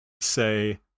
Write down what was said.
say